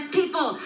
people